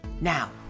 Now